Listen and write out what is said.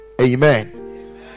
Amen